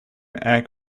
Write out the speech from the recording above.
egg